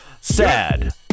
Sad